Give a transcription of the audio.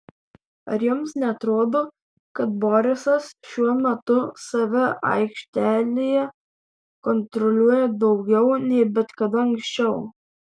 ar jums neatrodo kad borisas šiuo metu save aikštelėje kontroliuoja daugiau nei bet kada anksčiau